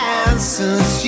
answers